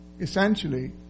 essentially